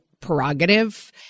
prerogative